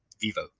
Vivo